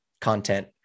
content